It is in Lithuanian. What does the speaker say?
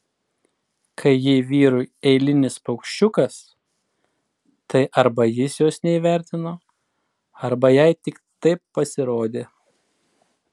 kai ji vyrui eilinis paukščiukas tai arba jis jos neįvertino arba jai tik taip pasirodė